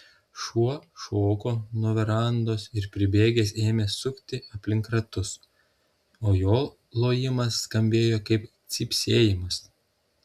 šuo šoko nuo verandos ir pribėgęs ėmė sukti aplink ratus o jo lojimas skambėjo kaip cypsėjimas